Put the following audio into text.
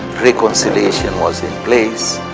reconciliation was in place,